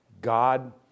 God